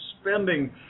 spending